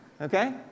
Okay